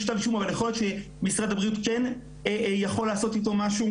כתב אישום אבל יכול להיות שמשרד הבריאות כן יכול לעשות איתו משהו,